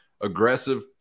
aggressive